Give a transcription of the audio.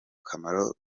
kamaro